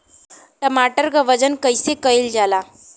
टमाटर क वजन कईसे कईल जाला?